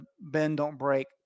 bend-don't-break